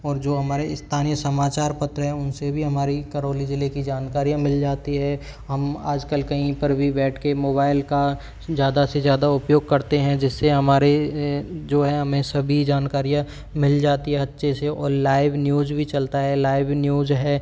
और जो हमारे स्थानीय समाचार पत्र है उनसे भी हमारी करौली जिले की जानकारियाँ मिल जाती है हम आजकल कहीं पर भी बैठकर मोबाइल का ज़्यादा से ज़्यादा उपयोग करते हैं जिससे हमारे जो हैं हमें सभी जानकारियाँ मिल जाती है अच्छे से और लाइव न्यूज़ भी चलता है लाइव न्यूज़ है